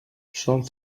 sols